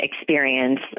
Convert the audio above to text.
experience